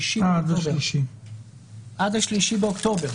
ה-3 באוקטובר.